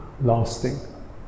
lasting